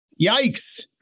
Yikes